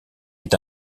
est